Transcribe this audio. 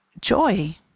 joy